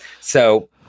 So-